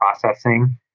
processing